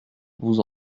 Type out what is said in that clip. vous